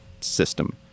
system